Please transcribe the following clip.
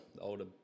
older